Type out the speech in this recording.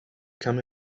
come